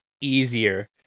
easier